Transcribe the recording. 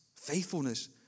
Faithfulness